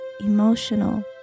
emotional